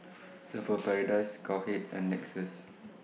Surfer's Paradise Cowhead and Lexus